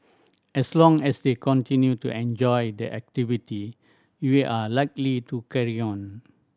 as long as they continue to enjoy the activity we are likely to carry on